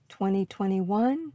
2021